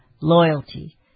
Loyalty